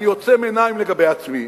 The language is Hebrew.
אני עוצם עיניים לגבי עצמי.